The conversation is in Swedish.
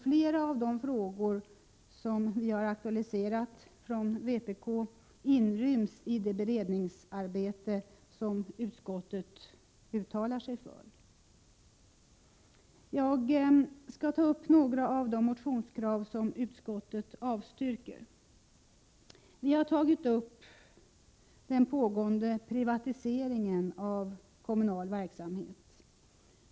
Flera av de frågor som vi har aktualiserat från vpk inryms i det beredningsarbete som utskottet uttalar sig för. Jag skall ta upp några av de motionskrav som utskottet avstyrker. Vi har tagit upp den pågående privatiseringen av kommunal verksamhet.